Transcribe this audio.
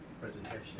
presentation